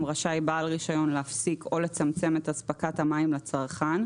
רשאי בעל רישיון להפסיק או לצמצם את אספקת המים לצרכן,